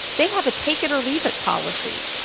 they have a take it or leave it policy.